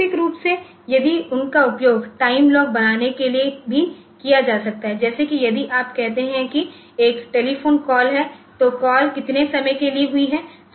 वैकल्पिक रूप से यदि उनका उपयोग टाइम लॉग बनाने के लिए भी किया जा सकता है जैसे कि यदि आप कहते हैं कि एक टेलीफोन कॉल है तो कॉल कितने समय के लिए हुई है